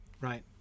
right